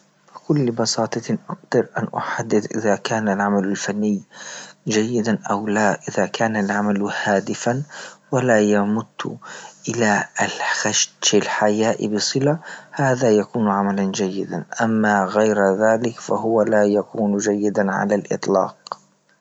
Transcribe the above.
بكل بساطة أقدر أن أحدد إذا كان العمل الفني جيدا أو لا إذا كان العمل هادفا ولا يمتو إلى ختشي الحياء بصلة، هذا يكون عملا جيدا أما غير ذلك فهو لا يكون جيدا على إطلاق.